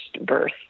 birth